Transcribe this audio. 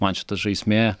man šita žaismė